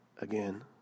again